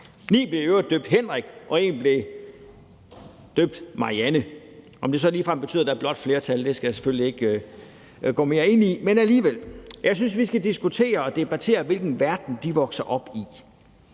Ni blev i øvrigt døbt Henrik, og en blev døbt Marianne. Om det så ligefrem betyder, at der er blåt flertal, skal jeg selvfølgelig ikke gå mere ind i. Jeg synes, at vi skal diskutere og debattere, hvilken verden de børn vokser op i.